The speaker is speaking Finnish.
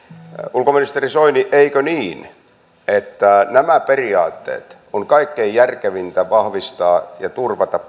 ulkoministeri soini eikö niin että nämä periaatteet on kaikkein järkevintä paitsi vahvistaa ja turvata